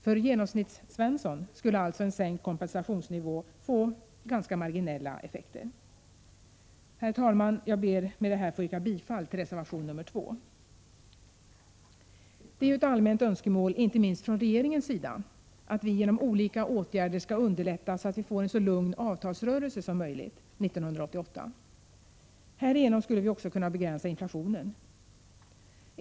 För ”Genomsnittssvensson” skulle alltså en sänkt kompensationsnivå få ganska marginella effekter. Herr talman! Jag ber att med detta få yrka bifall till reservation 2. Det är ett allmänt önskemål — inte minst från regeringens sida — att vi genom olika åtgärder skall försöka få en så lugn avtalsrörelse som möjligt 1988. Härigenom skulle vi ju också kunna begränsa inflationen.